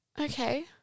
Okay